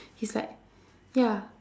is like ya